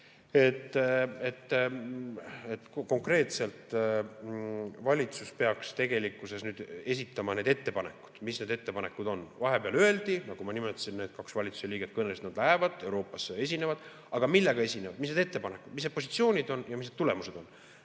Konkreetselt valitsus peaks esitama need ettepanekud. Mis need ettepanekud on? Vahepeal öeldi, nagu ma nimetasin, et need kaks valitsuse liiget kõnelesid, et nad lähevad Euroopasse ja esinevad. Aga millega esinevad? Mis need ettepanekud, mis need positsioonid on ja mis need tulemused on?